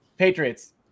Patriots